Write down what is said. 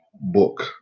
book